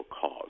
cause